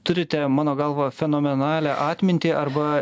turite mano galva fenomenalią atmintį arba